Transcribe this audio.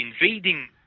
invading